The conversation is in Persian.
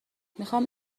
میخام